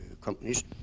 companies